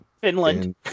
Finland